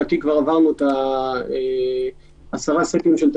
זאת עמדה מקצועית של משרד הבריאות.